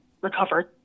recovered